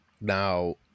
Now